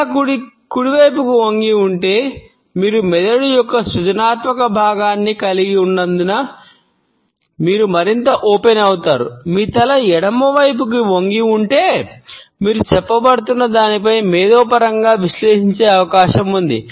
తల కుడి వైపుకు వంగి ఉంటే మీరు మెదడు యొక్క సృజనాత్మక విశ్లేషించే అవకాశం ఉంది